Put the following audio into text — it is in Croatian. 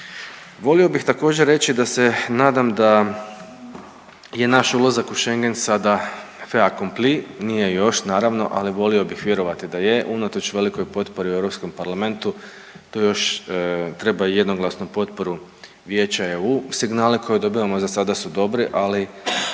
Volio bih također reći da se nadam da je naš ulazak u Schengen sada …/Govornik govori stranim jezikom./… nije još naravno, ali volio bih vjerovati da je unatoč velikoj potpori u Europskom parlamentu to još treba i jednoglasnu potporu Vijeća EU. Signale koje dobivamo za sada su dobri ali